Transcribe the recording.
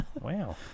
Wow